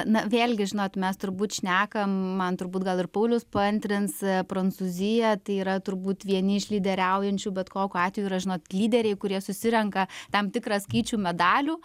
na vėlgi žinot mes turbūt šnekam man turbūt gal ir paulius paantrins prancūzija tai yra turbūt vieni iš lyderiaujančių bet kokiu atveju yra žinot lyderiai kurie susirenka tam tikrą skaičių medalių